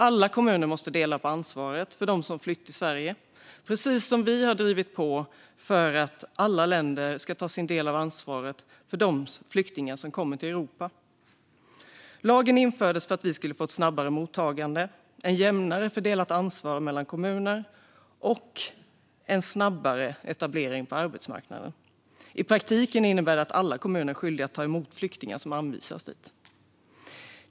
Alla kommuner måste dela på ansvaret för dem som flytt till Sverige, precis som vi drivit på för att alla länder ska ta sin del av ansvaret för de flyktingar som kommer till Europa. Lagen infördes för att vi skulle få ett snabbare mottagande, ett jämnare fördelat ansvar mellan kommuner och en snabbare etablering på arbetsmarknaden. I praktiken innebär den att alla kommuner är skyldiga att ta emot flyktingar som anvisas dit.